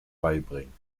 beibringen